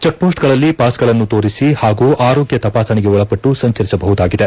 ಚೆಕ್ಮೋಸ್ನಲ್ಲಿ ಪಾಸ್ಗಳನ್ನು ತೋರಿಸಿ ಹಾಗೂ ಆರೋಗ್ನ ತಪಾಸಣೆಗೆ ಒಳಪಟ್ಟು ಸಂಚರಿಸಬಹುದಾಗಿದೆ